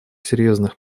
серьезных